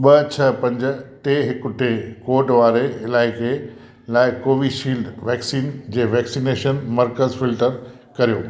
ॿ छह पंज टे हिकु टे कोड वारे इलाइक़े लाइ कोवीशील्ड वैक्सीन जो वैक्सीनेशन मर्कज़ फिल्टर करियो